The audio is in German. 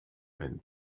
ein